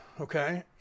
okay